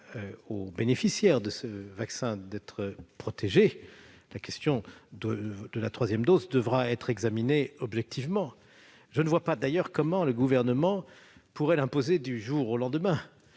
aux personnes vaccinées d'être protégées, la question de la troisième dose devrait être examinée objectivement. Je ne vois d'ailleurs pas comment le Gouvernement pourrait l'imposer du jour au lendemain